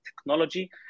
technology